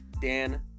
Dan